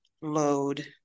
load